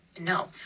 no